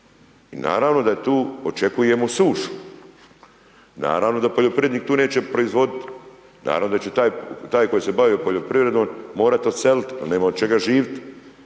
I naravno da tu očekujemo sušu. Naravno da poljoprivrednik tu neće proizvoditi, naravno da će taj koji se bavi poljoprivredom morati odseliti, on nema od čega živjeti.